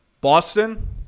Boston